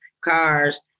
cars